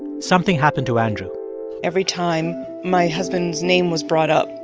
something happened to andrew every time my husband's name was brought up,